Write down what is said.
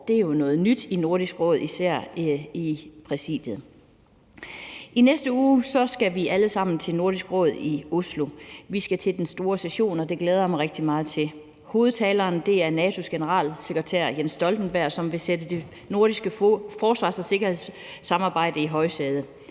Det er jo noget nyt i Nordisk Råd, især i præsidiet. I næste uge skal vi alle sammen til Nordisk Råd i Oslo. Vi skal til den store session, og det glæder jeg mig rigtig meget til. Hovedtaleren er NATO's generalsekretær, Jens Stoltenberg, som vil sætte det nordiske forsvars- og sikkerhedssamarbejde i højsædet.